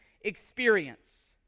experience